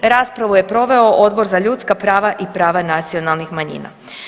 Raspravu je proveo Odbor za ljudska prava i prava nacionalnih manjina.